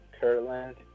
Kirtland